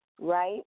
right